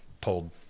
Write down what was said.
pulled